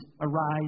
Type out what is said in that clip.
arise